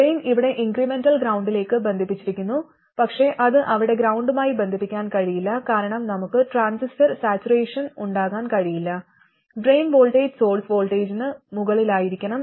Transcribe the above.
drain ഇവിടെ incremental ഗ്രൌണ്ടിലേക്ക് ബന്ധിപ്പിച്ചിരിക്കുന്നു പക്ഷേ അത് അവിടെ ഗ്രൌണ്ടുമായി ബന്ധിപ്പിക്കാൻ കഴിയില്ല കാരണം നമുക്ക് ട്രാൻസിസ്റ്റർ സാച്ചുറേഷൻ ഉണ്ടാകാൻ കഴിയില്ല ഡ്രെയിൻ വോൾട്ടേജ് സോഴ്സ് വോൾട്ടേജിന് മുകളിലായിരിക്കണം